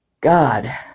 God